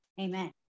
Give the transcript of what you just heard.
Amen